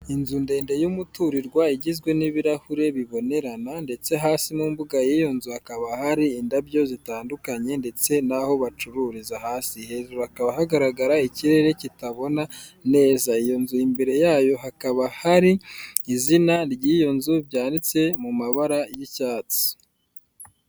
Inzu ndende y'umuturirwa igizwe n'ibirahure bibonerana ndetse hasi mu mbuga y'iyo nzu hakaba hari indabyo zitandukanye ndetse n'aho bacururiza hasi. Hejuru hakaba hagaragara ikirere kitabona neza. Iyo nzu imbere yayo hakaba hari izina ry'iyo nzu byanditse mu mabara y'icyatsi.